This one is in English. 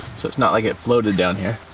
so it's not like it floated down here.